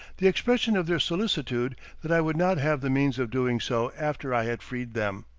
the expression of their solicitude that i would not have the means of doing so after i had freed them.